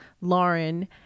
Lauren